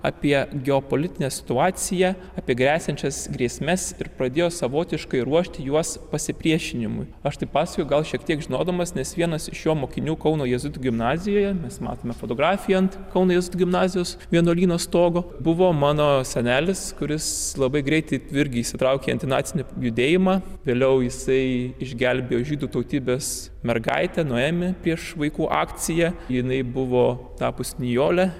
apie geopolitinę situaciją apie gresiančias grėsmes ir pradėjo savotiškai ruošti juos pasipriešinimui aš tai pasakoju gal šiek tiek žinodamas nes vienas iš jo mokinių kauno jėzuitų gimnazijoje mes matome fotografijų ant kauno jėzuitų gimnazijos vienuolyno stogo buvo mano senelis kuris labai greitai irgi isitraukė į antinacinį judėjimą vėliau jisai išgelbėjo žydų tautybės mergaitę nuėmė prieš vaikų akciją jinai buvo tapus nijole